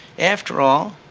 after all,